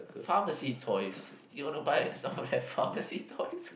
pharmacy toys you want to buy some of their pharmacy toys